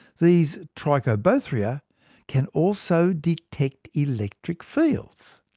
these trichobothria can also detect electric fields!